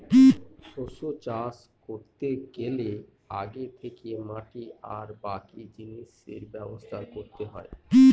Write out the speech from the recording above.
শস্য চাষ করতে গেলে আগে থেকে মাটি আর বাকি জিনিসের ব্যবস্থা করতে হয়